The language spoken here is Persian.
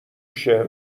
شعر